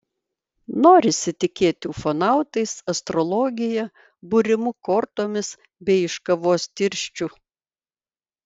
norisi tikėti ufonautais astrologija būrimu kortomis bei iš kavos tirščių